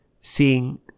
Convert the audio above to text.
seeing